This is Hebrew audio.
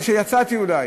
כשיצאתי אולי,